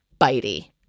Bitey